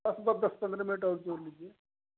दस पंद्रह मिनट और जोड़ लीजिए